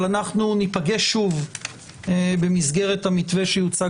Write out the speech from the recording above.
אבל אנחנו ניפגש שוב במסגרת המתווה שיוצג